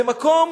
זה מקום